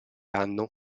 anno